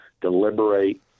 deliberate